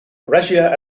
regia